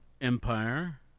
Empire